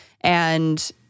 and-